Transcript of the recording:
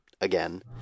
again